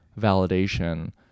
validation